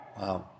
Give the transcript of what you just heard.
Wow